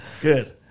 Good